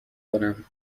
کنم